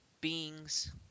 Beings